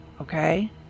okay